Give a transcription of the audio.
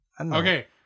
Okay